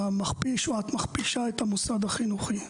אתה מכפיש או את מכפישה את המוסד החינוכי.